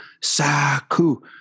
Saku